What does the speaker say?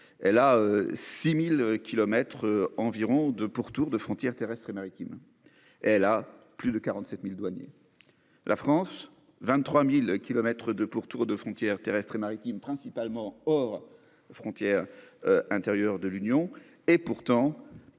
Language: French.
L à 6000 kilomètres environ 2 pourtour de frontières terrestres et maritimes. Elle a plus de 47.000 douaniers. La France, 23.000 kilomètres de pourtour de frontières terrestres et maritimes principalement hors frontières. Intérieures de l'Union et pourtant.